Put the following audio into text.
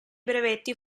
brevetti